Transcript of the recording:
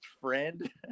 friend